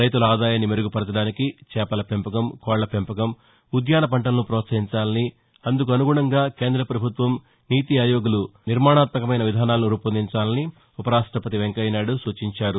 రైతుల ఆదాయాన్ని మెరుగుపరచడానికి చేపల పెంపకం కోళ్ళ పెంపకం ఉద్యాన పంటలను ప్రోత్సహించాలని అందుకు అనుగుణంగా కేంద్ర ప్రభుత్వం నీతి ఆయోగ్లు నిర్మాణాత్మకమైన విధానాలను రూపొందించాలని ఉపరాష్టపతి వెంకయ్య నాయుడు సూచించారు